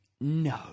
no